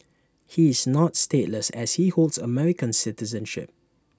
he is not stateless as he holds American citizenship